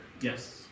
yes